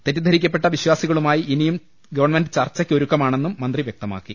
തെറ്റിദ്ധരിക്കപ്പെട്ട വിശ്വാസികളുമായി ഇനിയും ഗവൺമെന്റ് ചർച്ചയ്ക്ക് ഒരുക്കമാണെന്നും മന്ത്രി വൃക്തമാക്കി